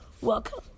Welcome